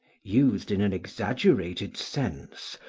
used in an exaggerated sense,